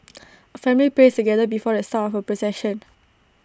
A family prays together before the start of procession